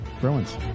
Bruins